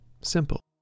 Simple